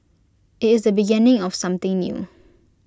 IT is the beginning of something new